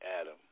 Adam